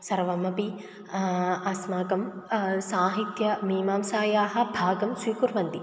सर्वमपि अस्माकं साहित्यमीमांसायाः भागं स्वीकुर्वन्ति